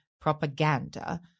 propaganda